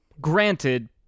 granted